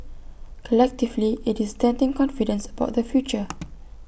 collectively IT is denting confidence about the future